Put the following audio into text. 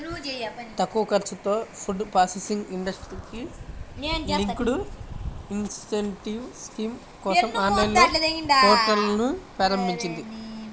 తక్కువ ఖర్చుతో food processing ఇండస్ట్రీకి లింక్డ్ ఇన్సెంటివ్ స్కీమ్ కోసం ఆన్లైన్ పోర్టల్ను ప్రారంభించింది